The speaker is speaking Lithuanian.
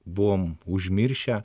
buvome užmiršę